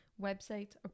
websites